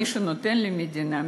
מי שנותן למדינה,